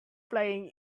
playing